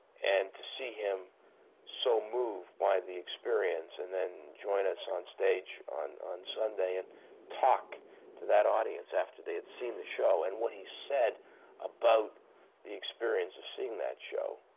and to see him so moved by the experience and then join us on stage on on sunday and talk to that audience after they had seen the show, and what he said about the experience of seeing that show,